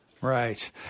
Right